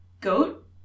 goat